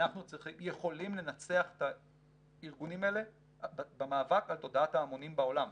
אנחנו יכולים לנצח את הארגונים האלה במאבק על תודעת ההמונים בעולם,